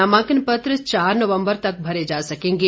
नामांकन पत्र चार नवम्बर तक भरे जा सकेंगे